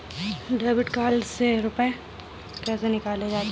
Debit card से रुपये कैसे निकाले जाते हैं?